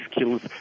skills